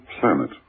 planet